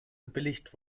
gebilligt